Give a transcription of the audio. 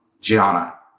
Gianna